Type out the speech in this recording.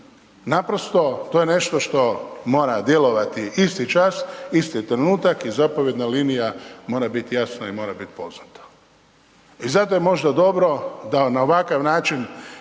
Naprosto to je nešto što mora djelovati isti čas isti trenutak i zapovjedna linija mora biti jasna i mora biti poznata. I zato je možda dobro da na ovakav način